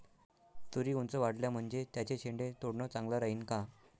तुरी ऊंच वाढल्या म्हनजे त्याचे शेंडे तोडनं चांगलं राहीन का?